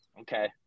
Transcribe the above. okay